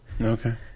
Okay